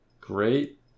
Great